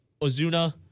Ozuna